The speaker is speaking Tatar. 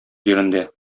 җирендә